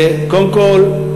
קודם כול,